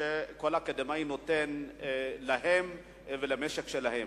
שכל אקדמאי נותן להם ולמשק שלהם.